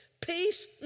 Peace